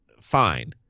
fine